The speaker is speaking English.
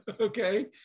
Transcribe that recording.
okay